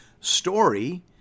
story